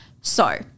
So-